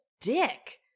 dick